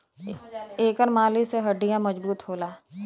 एकर मालिश से हड्डीयों मजबूत होला